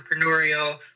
entrepreneurial